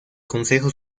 consejo